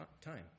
time